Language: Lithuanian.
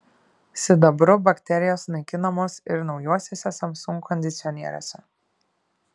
sidabru bakterijos naikinamos ir naujuosiuose samsung kondicionieriuose